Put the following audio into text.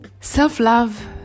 Self-love